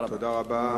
תודה רבה.